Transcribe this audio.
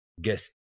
guest